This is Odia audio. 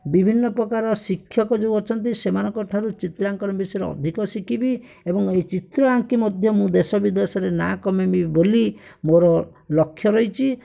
ବିଭିନ୍ନପ୍ରକାର ଶିକ୍ଷକ ଯେଉଁ ଅଛନ୍ତି ସେମାନଙ୍କଠାରୁ ଚିତ୍ରାଙ୍କନ ବିଷୟରେ ଅଧିକ ଶିଖିବି ଏବଂ ଏହି ଚିତ୍ର ଆଙ୍କି ମଧ୍ୟ ମୁଁ ଦେଶ ବିଦେଶରେ ନାଁ କମେଇବି ବୋଲି ମୋର ଲକ୍ଷ୍ୟ ରହିଛି